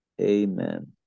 Amen